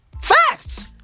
Facts